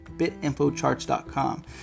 BitInfoCharts.com